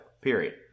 period